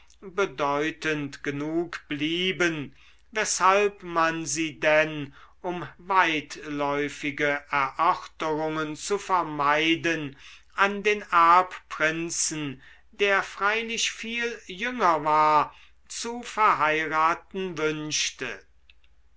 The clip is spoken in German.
bedeutend genug blieben weshalb man sie denn um weitläufige erörterungen zu vermeiden an den erbprinzen der freilich viel jünger war zu verheiraten wünschte